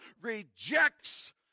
rejects